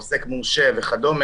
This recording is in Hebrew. עוסק מורשה וכד',